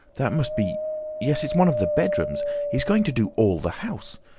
that must be yes it's one of the bedrooms. he's going to do all the house.